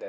that's